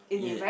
ya